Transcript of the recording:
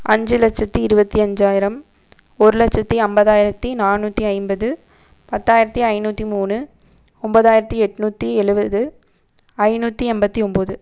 அஞ்சு லட்சத்தி இருபத்தி அஞ்சாயிரம் ஒரு லட்சத்தி ஐம்பதாயிரத்தி நானூற்றி ஐம்பது பத்தாயிரத்தி ஐநூற்றி மூணு ஒன்பதாயிரத்தி எண்நூத்தி எழுபது ஐநூற்றி எண்பத்தி ஒம்பது